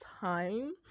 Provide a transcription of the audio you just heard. time